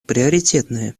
приоритетные